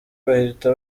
bahita